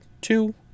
two